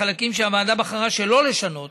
בחלקים שהוועדה בחרה שלא לשנות